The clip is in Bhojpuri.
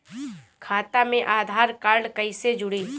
खाता मे आधार कार्ड कईसे जुड़ि?